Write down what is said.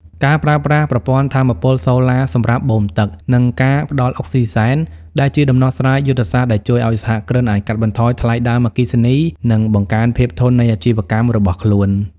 ការប្រើប្រាស់ប្រព័ន្ធថាមពលសូឡាសម្រាប់បូមទឹក និងការផ្ដល់អុកស៊ីហ្សែន គឺជាដំណោះស្រាយយុទ្ធសាស្ត្រដែលជួយឱ្យសហគ្រិនអាចកាត់បន្ថយថ្លៃដើមអគ្គិសនី និងបង្កើនភាពធន់នៃអាជីវកម្មរបស់ខ្លួន។